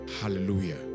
Hallelujah